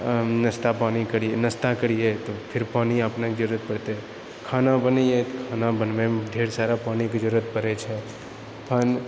नाश्ता पानि करिऐ नाश्ता करिऐ तऽ फिर पानि अपनेकेँ जरुरत पड़तै खाना बनैऐ तऽखाना बनबैमे ढेर सारा पानिके जरुरत पड़ैत छथि पानि